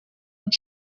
und